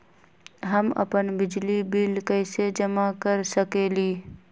हम अपन बिजली बिल कैसे जमा कर सकेली?